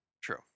True